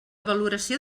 valoració